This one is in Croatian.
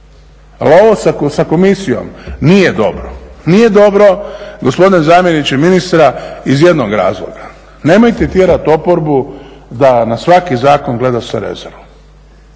Ali ovo sa Komisijom nije dobro, nije dobro gospodine zamjeniče ministra iz jednog razloga. Nemojte tjerat oporbu da na svaki zakon gleda sa rezervom.